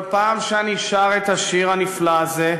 כל פעם שאני שר את השיר הנפלא הזה